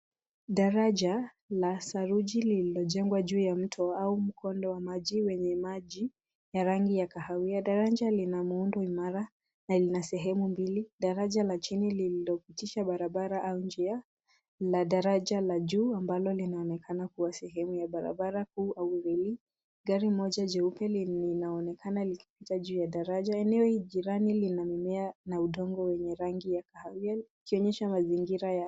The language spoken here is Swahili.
Daraja la saruji lililojengwa juu ya mto au mkondo wa maji wenye maji ya rangi ya kahawia. Daraja lina muundo imara na lina sehemu mbili, daraja la chini lililopitisha barabara au njia na daraja la juu ambalo linaonekana kuwa sehemu ya barabara kuu au reli. Gari moja jeupe linaonekana likipita juu ya daraja. Eneo jirani lina mimea na udongo wenye rangi ya kahawia ikionyesha mazingira ya.